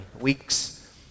weeks